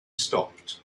stopped